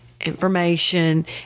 information